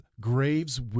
Graves